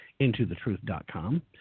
intothetruth.com